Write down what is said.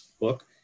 book